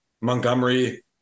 Montgomery